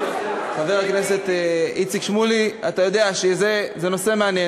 חבר הכנסת איציק שמולי, זה נושא מעניין.